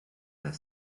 their